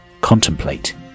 contemplate